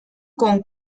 con